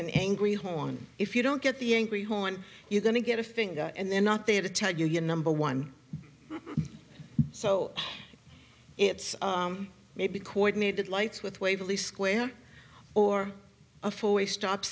an angry honk if you don't get the angry horn you're going to get a finger and they're not there to tell you you're number one so it's maybe coordinated lights with waverly square or a four way stop